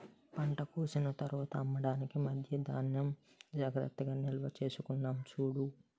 పంట కోసిన తర్వాత అమ్మడానికి మధ్యా ధాన్యం జాగ్రత్తగా నిల్వచేసుకున్నాం చూడు